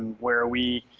where we